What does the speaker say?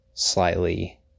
slightly